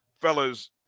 fellas